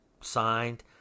signed